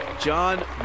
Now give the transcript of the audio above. John